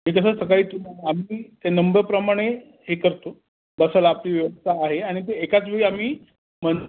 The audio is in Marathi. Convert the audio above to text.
की कसं सकाळी तुम्हाला आम्ही ते नंबरप्रमाणे हे करतो बसायला आपली व्यवस्था आहे आणि ते एकाच वेळी आम्ही मं